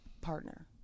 partner